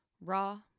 raw